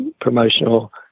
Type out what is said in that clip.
promotional